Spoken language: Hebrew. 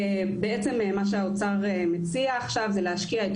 למעשה מה שהאוצר מציע עכשיו זה להשקיע את